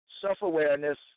self-awareness